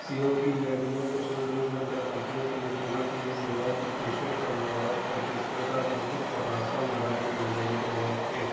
सी O P E अधिनियम को सुदूरसंचार कंपनियों के लिए केबल टी वी सेवाओं की पेशकश करना और प्रतिस्पर्धा को मज़बूत करना आसान बनाने के लिए डिज़ाइन किया गया है